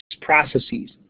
processes